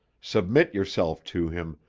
submit yourself to him,